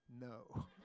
No